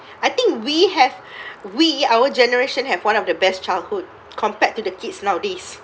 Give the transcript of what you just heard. I think we have we our generation have one of the best childhood compared to the kids nowadays